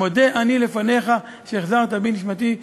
"מודה אני לפניך שהחזרת בי נשמתי"